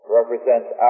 represents